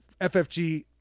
FFG